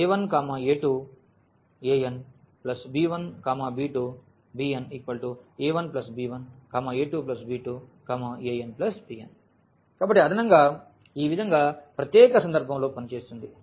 a1a2anb1b2bna1b1a2b2anbn కాబట్టి అదనంగా ఈ విధంగా ఈ ప్రత్యేక సందర్భంలో పనిచేస్తుంది